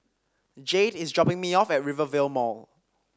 Jayde is dropping me off at Rivervale Mall